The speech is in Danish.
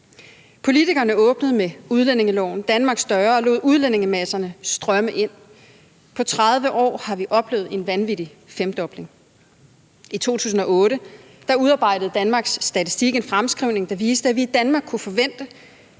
Politikerne åbnede med udlændingeloven Danmarks døre og lod udlændingemasserne strømme ind. På 30 år har vi oplevet en vanvittig femdobling. I 2008 udarbejdede Danmarks Statistik en fremskrivning, der viste, at vi i Danmark kunne forvente